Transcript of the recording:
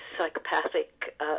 psychopathic